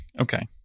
okay